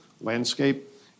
landscape